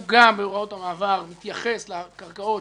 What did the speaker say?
הוא גם בהוראות המעבר מתייחס לקרקעות